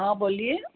हाँ बोलिए